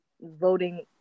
voting